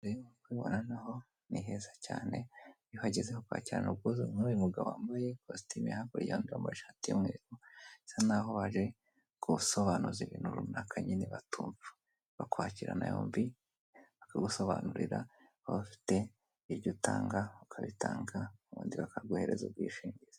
Kwibona nahoho ni heza cyane iyo uhageze bakwakirana ubwuzu nk'uyu mugabo wambaye ikositime hakurya ndambashati'mweru bisa naho bari kuwusobanuza ibintu runaka nyine batumva bakwakirana yombi akagusobanurira abafite iryo tanga ukabitanga ubundi bakarwohereza ubwishingizi.